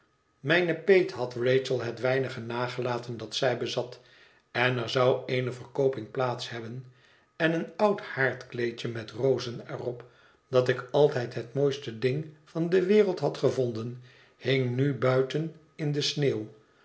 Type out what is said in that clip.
mijne peet had rachel het weinige nagelaten dat zij bezat en er zou eene verkooping plaats hebben en een oud haardkleedje met rozen er op dat ik altijd het mooiste ding van de wereld had gevonden hing nu buiten in de sneeuw